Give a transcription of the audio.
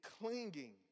clinging